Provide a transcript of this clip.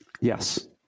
yes